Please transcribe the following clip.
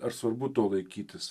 ar svarbu to laikytis